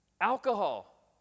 Alcohol